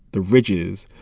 the ridges,